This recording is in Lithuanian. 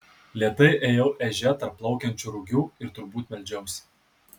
lėtai ėjau ežia tarp plaukiančių rugių ir turbūt meldžiausi